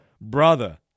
brother